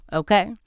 okay